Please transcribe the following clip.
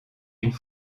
une